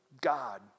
God